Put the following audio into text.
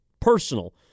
personal